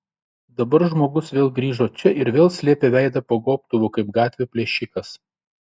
dabar žmogus vėl grįžo čia ir vėl slėpė veidą po gobtuvu kaip gatvių plėšikas